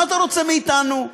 מה אתה רוצה מאתנו?